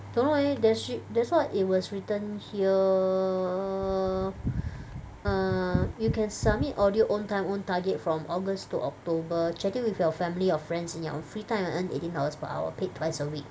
don't know eh there's wh~ that's what it was written here err you can submit audio own time own target from August to October check in with your family or friends in your own free time and earn eighteen dollars per hour paid twice a week